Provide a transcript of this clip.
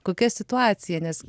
kokia situacija nes